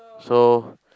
so